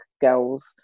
girls